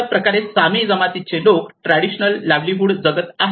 अशाप्रकारे सामी जमातीचे लोक ट्रॅडिशनल लाईव्हलीहूड जगत आहे